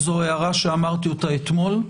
זו הערה שאמרתי אותה אתמול,